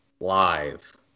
live